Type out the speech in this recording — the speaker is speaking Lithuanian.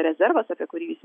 rezervas apie kurį jūs